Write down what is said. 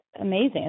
amazing